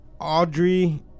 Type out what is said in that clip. Audrey